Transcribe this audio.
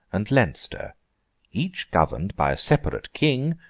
and leinster each governed by a separate king,